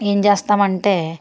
ఏం చేస్తాం అంటే